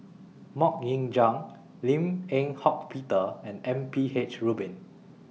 Mok Ying Jang Lim Eng Hock Peter and M P H Rubin